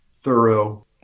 thorough